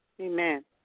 Amen